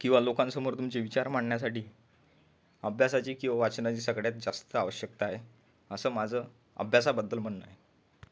किंवा लोकांसमोर तुमचे विचार मांडण्यासाठी अभ्यासाची किंवा वाचनाची सगळ्यात जास्त आवश्यकता आहे असं माझं अभ्यासाबद्दल म्हणणं आहे